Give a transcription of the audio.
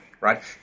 right